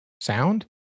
sound